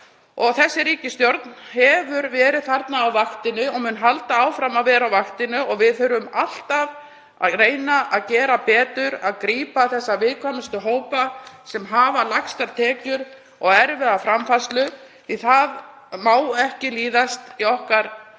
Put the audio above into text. Þessi ríkisstjórn hefur verið á vaktinni og mun halda áfram að vera á vaktinni og við þurfum alltaf að reyna að gera betur og grípa viðkvæmustu hópana sem hafa lægstar tekjur og erfiða framfærslu því fátækt má ekki líðast í okkar samtíma.